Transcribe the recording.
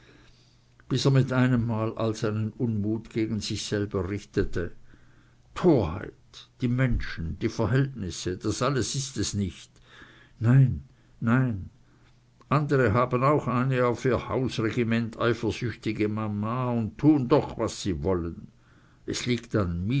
bis er mit einem mal all seinen unmut gegen sich selber richtete torheit die menschen die verhältnisse das alles ist es nicht nein nein andere haben auch eine auf ihr hausregiment eifersüchtige mama und tun doch was sie wollen es liegt